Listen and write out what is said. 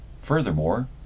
Furthermore